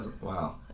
Wow